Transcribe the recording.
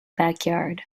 backyard